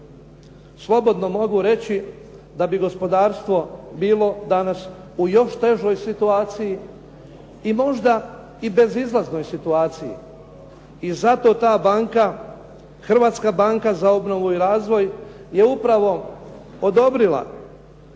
slobodno mogu reći da bi gospodarstvo bilo danas u još težoj situaciji i možda i bezizlaznoj situaciji. I zato ta banka, Hrvatska banka za obnovu i razvoj, je upravo odobrila